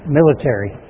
military